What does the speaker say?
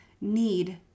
need